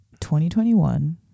2021